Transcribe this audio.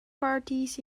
parties